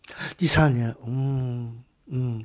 第三年 ah mm